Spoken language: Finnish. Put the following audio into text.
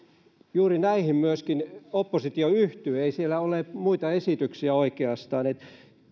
juuri näihin myöskin oppositio yhtyy ei siellä ole muita esityksiä oikeastaan